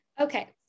Okay